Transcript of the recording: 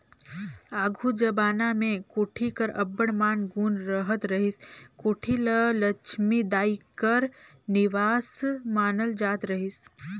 आघु जबाना मे कोठी कर अब्बड़ मान गुन रहत रहिस, कोठी ल लछमी दाई कर निबास मानल जात रहिस